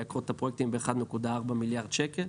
מייקרות את הפרויקטים ב-1.4 מיליארד שקל.